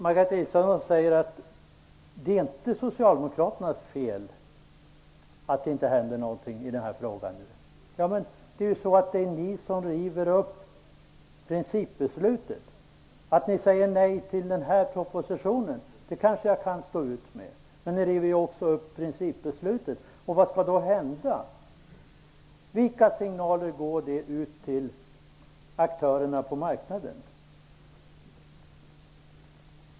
Margareta Israelsson säger att det inte är Socialdemokraternas fel att det inte händer någonting i den här frågan nu. Ja, men det är ju ni som river upp principbeslutet. Att ni säger nej till propositionen kanske jag kan stå ut med, men ni river också upp principbeslutet. Vad skall då hända? Vilka signaler ger detta till aktörerna på marknaden?